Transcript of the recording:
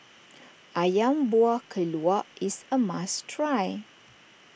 Ayam Buah Keluak is a must try